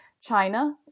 China